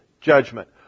judgment